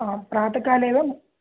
ओ प्रातःकाले वा